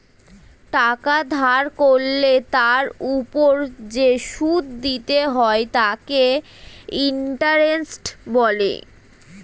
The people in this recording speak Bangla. টাকা ধার করলে তার ওপর যে সুদ দিতে হয় তাকে ইন্টারেস্ট বলে